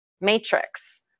matrix